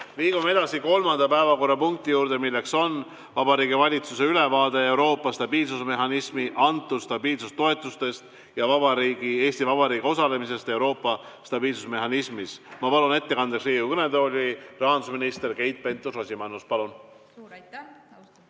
Liigume edasi kolmanda päevakorrapunkti juurde. Vabariigi Valitsuse ülevaade Euroopa stabiilsusmehhanismi antud stabiilsustoetusest ja Eesti Vabariigi osalemisest Euroopa stabiilsusmehhanismis. Ma palun ettekandeks Riigikogu kõnetooli rahandusminister Keit Pentus-Rosimannuse. Palun!